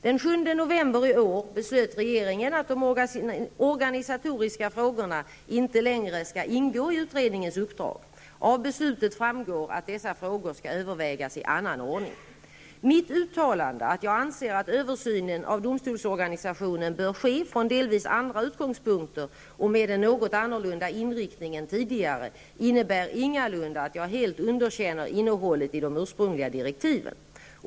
Den 7 november i år beslöt regeringen att de organisatoriska frågorna inte längre skall ingå i utredningens uppdrag. Av beslutet framgår att dessa frågor skall övervägas i annan ordning. Mitt uttalande, att jag anser att översynen av domstolsorganisationen bör ske från delvis andra utgångspunkter och med en något annorlunda inriktning än tidigare, innebär ingalunda att jag helt underkänner innehållet i de ursprungliga direktiven.